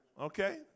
Okay